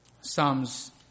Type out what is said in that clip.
Psalms